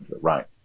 right